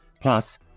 Plus